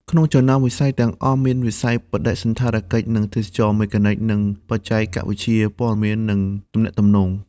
ក្នុងចំណោមវិស័យទាំងអស់ មានវិស័យបដិសណ្ឋារកិច្ចនិងទេសចរណ៍ មេកានិក និងបច្ចេកវិទ្យាព័ត៌មាននិងទំនាក់ទំនង។